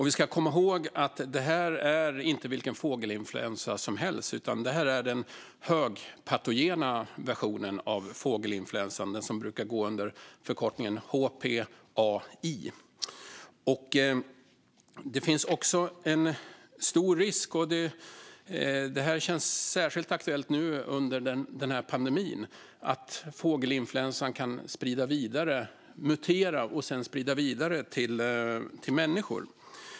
Vi ska komma ihåg att det här inte är vilken fågelinfluensa som helst, utan det är den högpatogena versionen av fågelinfluensan, den som brukar gå under förkortningen HPAI. Det finns också en stor risk, och det känns särskilt aktuellt nu under pandemin, att fågelinfluensan kan mutera och sedan spridas vidare till människor.